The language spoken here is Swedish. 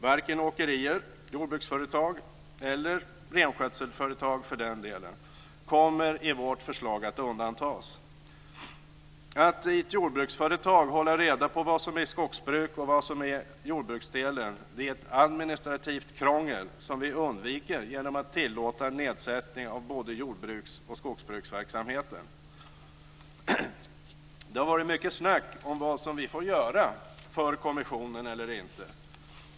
Varken åkerier, jordbruksföretag eller renskötselföretag för den delen kommer i vårt förslag att undantas. Att i ett jordbruksföretag hålla reda på vad som är skogsbruk och vad som är jordbruksdelen är ett administrativt krångel som vi undviker genom att tillåta nedsättning av både jordbruks och skogsbruksverksamheten. Det har varit mycket snack om vad vi får göra för kommissionen eller inte.